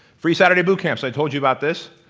free saturday boot camps. i told you about this.